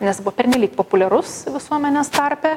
nes buvo pernelyg populiarus visuomenės tarpe